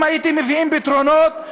אם הייתם מביאים פתרונות,